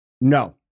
no